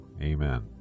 Amen